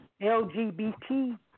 LGBT